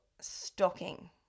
stocking